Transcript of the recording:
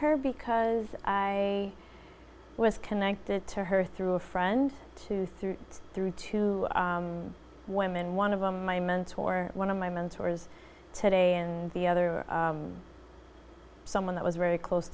her because i was connected to her through a friend through through two women one of them my mentor one of my mentors today and the other someone that was very close